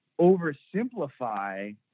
oversimplify